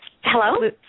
Hello